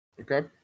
Okay